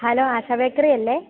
hello Asha bakery അല്ലേ